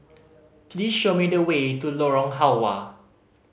please show me the way to Lorong Halwa